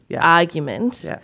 argument